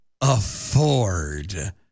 afford